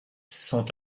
sont